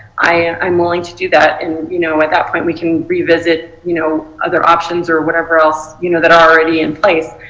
i am willing to do that. and you know but that point we can revisit you know other options or whatever else. you know that are already in place